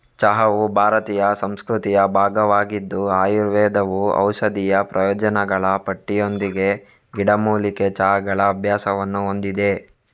ಚಹಾವು ಭಾರತೀಯ ಸಂಸ್ಕೃತಿಯ ಭಾಗವಾಗಿದ್ದು ಆಯುರ್ವೇದವು ಔಷಧೀಯ ಪ್ರಯೋಜನಗಳ ಪಟ್ಟಿಯೊಂದಿಗೆ ಗಿಡಮೂಲಿಕೆ ಚಹಾಗಳ ಅಭ್ಯಾಸವನ್ನು ಹೊಂದಿದೆ